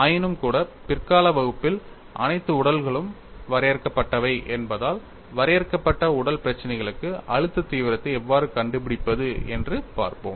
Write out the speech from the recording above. ஆயினும்கூட பிற்கால வகுப்பில் அனைத்து உடல்களும் வரையறுக்கப்பட்டவை என்பதால் வரையறுக்கப்பட்ட உடல் பிரச்சினைகளுக்கு அழுத்த தீவிரத்தை எவ்வாறு கண்டுபிடிப்பது என்று பார்ப்போம்